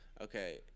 Okay